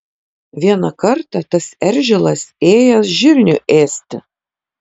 vieną kartą tas eržilas ėjęs žirnių ėsti